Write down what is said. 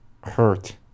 hurt